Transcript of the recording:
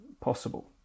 possible